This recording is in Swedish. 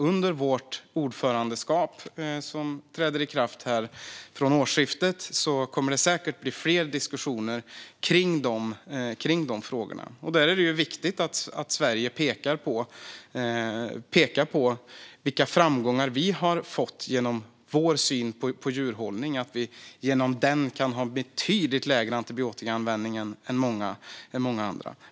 Under vårt ordförandeskap, som träder i kraft från årsskiftet, kommer det säkert att bli fler diskussioner kring de frågorna. Där är det viktigt att Sverige pekar på vilka framgångar vi har fått genom vår syn på djurhållning, och att vi genom den kan ha betydligt lägre antibiotikaanvändning än många andra.